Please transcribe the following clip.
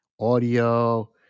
audio